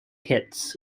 hits